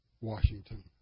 Washington